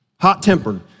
hot-tempered